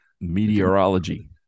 Meteorology